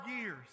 years